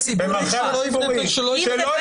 אם זה בית מדרש --- במרחב הציבורי שלא יתלה שלט כזה.